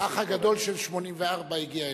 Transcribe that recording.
האח הגדול של "1984" הגיע אלינו.